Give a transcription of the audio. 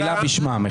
מחילה בשמה.